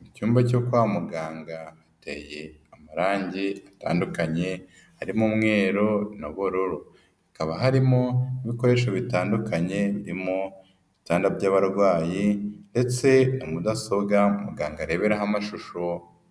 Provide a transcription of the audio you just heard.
Mu cyumba cyo kwa muganga hateye amarangi atandukanye harimo umweru n'ubururu, hakaba harimo n'ibikoresho bitandukanye birimo ibitanda by'abarwayi ndetse mudasobwa muganga areberaho amashusho